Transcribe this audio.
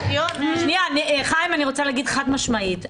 אני רוצה להגיד חד משמעית,